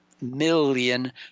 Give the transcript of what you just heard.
million